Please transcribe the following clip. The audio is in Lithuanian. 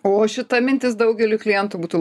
o šita mintis daugeliui klientų būtų